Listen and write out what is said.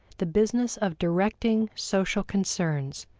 the business of directing social concerns,